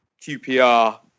QPR